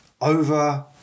over